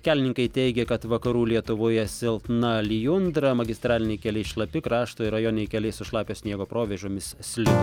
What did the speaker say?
kelininkai teigia kad vakarų lietuvoje silpna lijundra magistraliniai keliai šlapi krašto ir rajoniniai keliai su šlapio sniego provėžomis slidūs